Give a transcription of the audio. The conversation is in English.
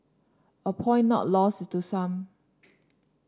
a point not lost to some